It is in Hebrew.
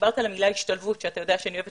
דיברת על המילה השתלבות שאתה יודע שאני אוהבת